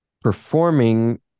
Performing